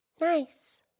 Nice